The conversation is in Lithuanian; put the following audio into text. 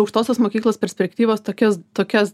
aukštosios mokyklos perspektyvos tokias tokias